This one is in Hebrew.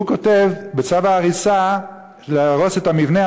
הוא כותב בצו ההריסה: להרוס את המבנה,